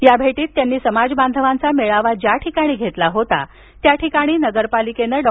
या भेटीत त्यांनी समाजबांधवांचा मेळावा ज्या ठिकाणी घेतला होता त्या ठिकाणी नगरपालिकेनं डॉ